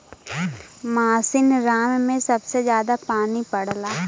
मासिनराम में सबसे जादा पानी पड़ला